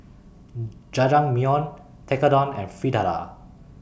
Jajangmyeon Tekkadon and Fritada